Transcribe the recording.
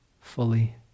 fully